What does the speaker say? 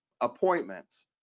appointments